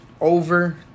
over